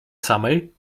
samej